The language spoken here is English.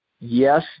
yes